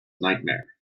nightmare